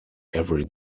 every